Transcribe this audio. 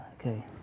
okay